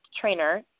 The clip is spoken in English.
Trainer